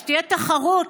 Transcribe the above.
שתהיה תחרות,